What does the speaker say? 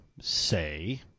say